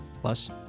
Plus